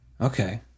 Okay